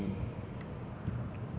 childrens I think they will like it lah